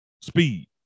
Speed